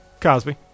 Cosby